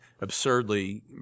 absurdly